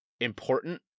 important